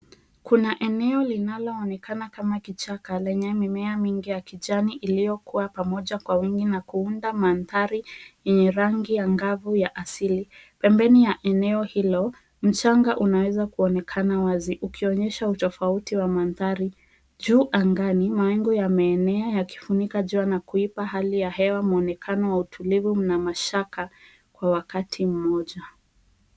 Kuna eneo linaloonekana kama kichaka lenye mimea mingi ya kijani iliyokua pamoja kwa wingi na kuunda mandhari yenye rangi angavu ya asili. Pembeni ya eneo hilo, mchanga unaweza kuonekana wazi ukionyesha utofauti wa mandhari. Juu angani, mawingu yameenea yakifunika jua na kuipa hali ya hewa mwonekano wa utulivu na mashaka kwa wakati mmoja.